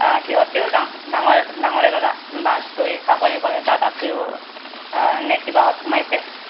সিহঁতেও ডাঙৰ ডাঙৰে ল'ৰা বাটোৱেও চাকৰি কৰে দাদাটোৱেও এনেই কিবাহত সোমাইছে